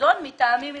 כפיקדון מטעמים הלכתיים.